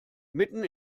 mitten